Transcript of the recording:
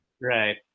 Right